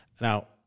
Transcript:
Now